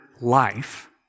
life